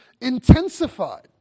intensified